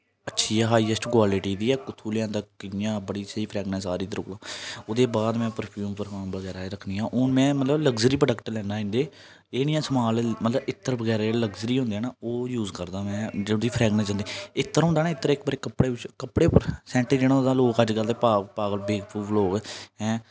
अच्छी ऐ highest quality दी ऐ कु'त्थू लेआंदा कि'यां बड़ी स्हेई फ्रगनेस आरदी तेरे कोला ओह्दे बाद में परफ्यूम परफ्यूम बगैरा एह् रक्खनी आं हून में मतलब लगजरी प्रोडक्ट लैन्ना इं'दे एह् नेईं ऐ अस समान लेई लैचे मतलब इत्र बगैरा जेह्ड़े लगजरी होंदे न ओह् यूज करदा में जिंदी फ्रैग्नस इत्र होंदा न इत्र इक बारी कपड़े च कपड़े उप्पर सैंटे सुट्टी ओड़ो न लोक अज्जकल ते पा पा पागल बेबकूफ लोक ऐ